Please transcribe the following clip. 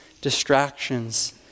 distractions